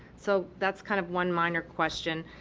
so, that's kind of one minor question.